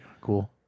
cool